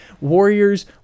Warriors